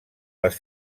les